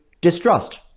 distrust